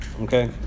okay